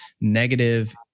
negative